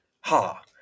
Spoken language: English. Ha